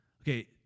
Okay